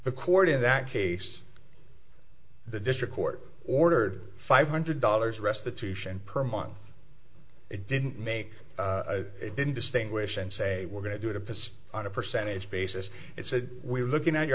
the court in that case the district court ordered five hundred dollars restitution per month it didn't make it didn't distinguish and say we're going to do to pass on a percentage basis it said we're looking at your